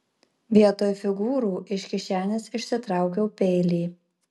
vietoj figūrų iš kišenės išsitraukiau peilį